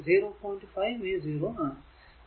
5v0 ആണ്